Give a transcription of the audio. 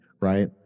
right